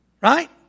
Right